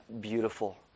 beautiful